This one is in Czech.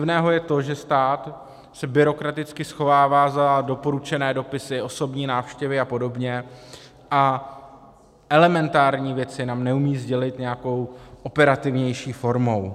Divné je to, že stát se byrokraticky schovává za doporučené dopisy, osobní návštěvy a podobně a elementární věci nám neumí sdělit nějakou operativnější formou.